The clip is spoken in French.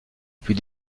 put